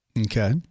Okay